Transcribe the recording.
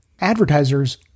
advertisers